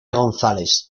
gonzales